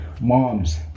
Moms